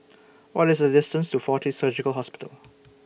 What IS The distance to Fortis Surgical Hospital